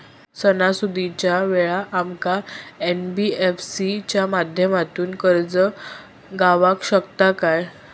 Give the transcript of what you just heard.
सणासुदीच्या वेळा आमका एन.बी.एफ.सी च्या माध्यमातून कर्ज गावात शकता काय?